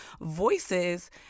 voices